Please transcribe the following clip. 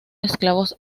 esclavos